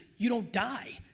you don't die.